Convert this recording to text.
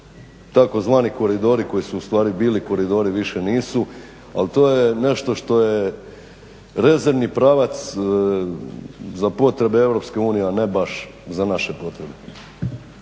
su tzv. koridori koji su ustvari bili koridori, više nisu, ali to je nešto što je rezervni pravac za potrebe EU, a ne baš za naše potrebe.